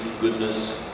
goodness